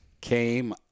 came